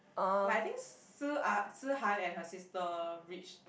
like I think si~ ah Si-Han and her sister reached